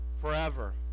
forever